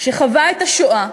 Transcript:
שחווה את השואה,